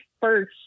first